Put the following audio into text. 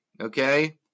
okay